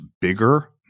bigger